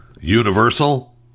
Universal